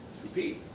compete